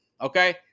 Okay